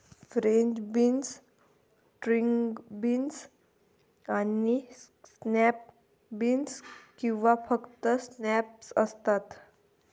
French beans, string beans आणि snap beans किंवा फक्त स्नॅप्स असतात